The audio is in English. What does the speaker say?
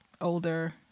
older